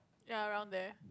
ya around there